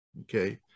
okay